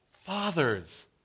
Fathers